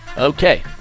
Okay